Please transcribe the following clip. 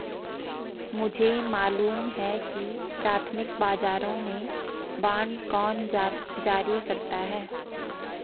मुझे मालूम है कि प्राथमिक बाजारों में बांड कौन जारी करता है